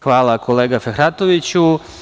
Hvala, kolega Fehratoviću.